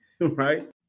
right